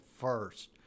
first